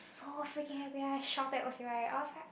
so freaking happy I shouted it was like